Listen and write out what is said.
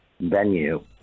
venue